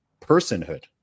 personhood